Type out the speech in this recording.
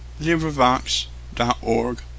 LibriVox.org